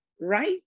right